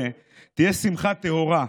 תהיה שמחה טהורה,